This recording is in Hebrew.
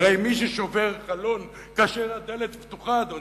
הרי מי ששובר חלון כאשר הדלת פתוחה, אדוני,